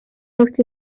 liwt